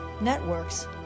networks